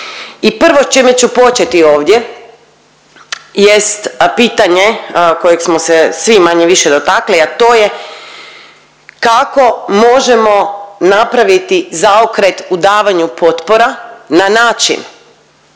prvo čime ću početi ovdje jest pitanje kojeg smo se svi manje-više dotakli, a to je kako možemo napraviti zaokret u davanju potpora na način